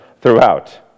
throughout